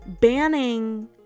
banning